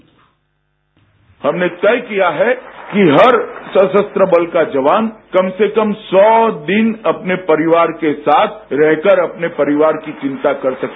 bite Amit Shah हमने तय किया है कि हर सशस्त्र बल का जवान कम से कम सौ दिन अपने परिवार के साथ रहकर अपने परिवार की चिंता कर सके